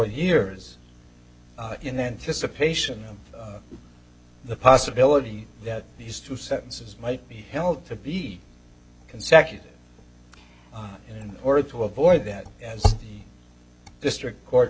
years in anticipation of the possibility that these two sentences might be held to be consecutive in order to avoid that as district court